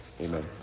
Amen